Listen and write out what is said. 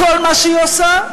בכל מה שהיא עושה,